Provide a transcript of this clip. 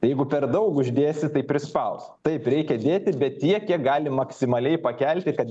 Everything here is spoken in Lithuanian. jeigu per daug uždėsi tai prispaus taip reikia dėti bet tiek kiek gali maksimaliai pakelti kad